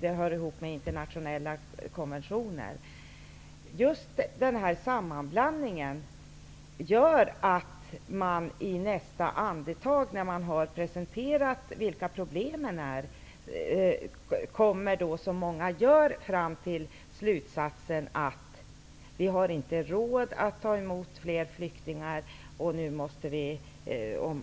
De hör ihop med internationella konventioner. Just den här sammanblandningen gör att man i nästa andetag, efter att man har presenterat vilka problemen är, kommer fram till slutsatsen, som många gör, att vi inte har råd att ta emot fler flyktingar. Nu måste vi,